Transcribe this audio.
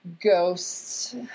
ghosts